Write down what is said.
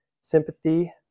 sympathy